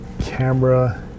camera